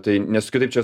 tai nes kitaip čia